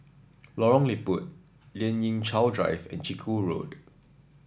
Lorong Liput Lien Ying Chow Drive and Chiku Road